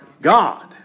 God